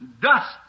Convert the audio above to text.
dust